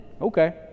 Okay